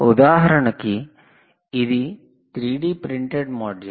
ఉదాహరణకు ఇది 3D printed module